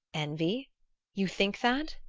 envy you think that?